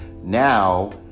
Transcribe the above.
Now